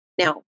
Now